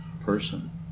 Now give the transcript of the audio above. person